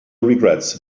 regrets